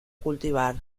cultivar